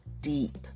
deep